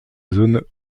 zone